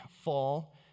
fall